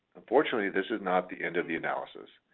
unfortunately, this is not the end of the analysis,